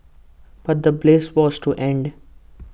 but the bliss was to end